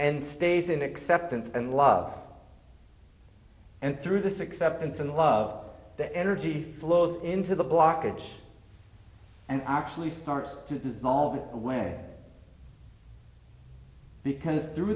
and stays in acceptance and love and through this acceptance and love the energy flows into the blockage and actually starts to dissolve away the tense through